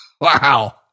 Wow